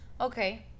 Okay